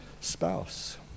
spouse